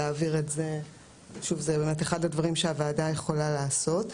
זה אחד הדברים שהוועדה יכולה לעשות.